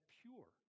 pure